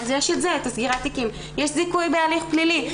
אז יש את סגירת התיקים, יש זיכוי בהליך פלילי.